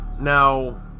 Now